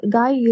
guy